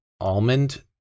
almond